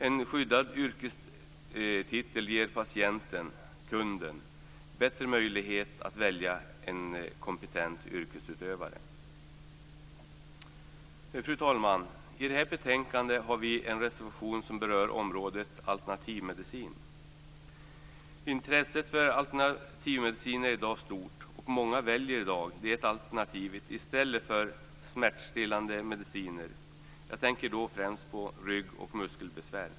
En skyddad yrkestitel ger patienten/kunden bättre möjlighet att välja en kompetent yrkesutövare. Fru talman! Till det här betänkandet har vi en reservation som berör området alternativmedicin. Intresset för alternativmedicin är i dag stort, och många väljer i dag det alternativet i stället för smärtstillande mediciner. Jag tänker då främst på rygg och muskelbesvär.